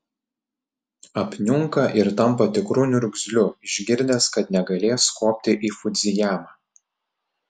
apniunka ir tampa tikru niurzgliu išgirdęs kad negalės kopti į fudzijamą